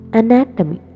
anatomy